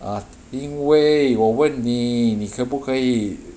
ah 因为我问你你可不可以